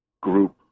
group